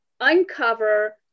uncover